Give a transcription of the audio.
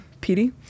Petey